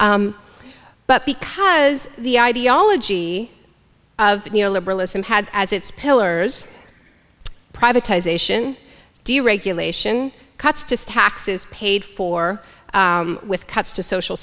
but because the ideology of neo liberalism had as its pillars privatization deregulation cuts just taxes paid for with cuts to social